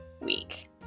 week